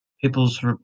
people's